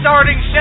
Starting